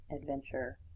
adventure